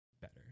better